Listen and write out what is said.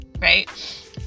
right